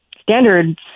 standards